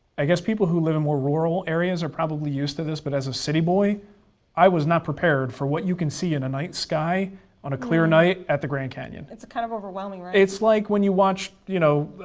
i guess people who live in more rural areas are probably used to this, but as a city boy i was not prepared for what you can see in a night sky on a clear night at the grand canyon. it's kind of overwhelming, right? it's like when you watch. you know